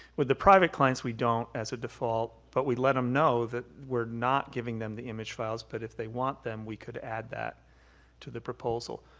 with the private clients we don't, as a default, but we let them know that we're not giving the image files, but if they want them, we could add that to the proposal.